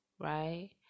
right